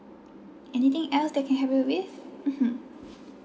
anything else that can help you with mmhmm